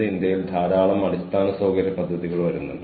ഒരുപക്ഷേ നിങ്ങളുടെ കോളേജ് അത് തിരിച്ചറിയും